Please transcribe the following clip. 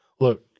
Look